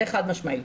זה חד משמעית.